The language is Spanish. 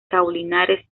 caulinares